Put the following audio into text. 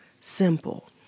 simple